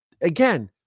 again